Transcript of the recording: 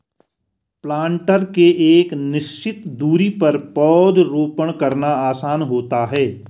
planter से एक निश्चित दुरी पर पौधरोपण करना आसान होता है